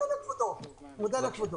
אני מודה לכבודו.